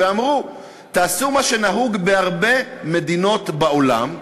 ואמרו: תעשו מה שנהוג בהרבה מדינות בעולם,